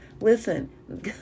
Listen